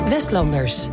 Westlanders